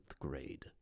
grade